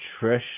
Trish